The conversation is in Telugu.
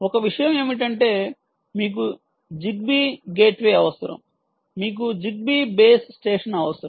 ఒక విషయం ఏమిటంటే మీకు జిగ్బీ గేట్వే అవసరం మీకు జిగ్బీ బేస్ స్టేషన్ అవసరం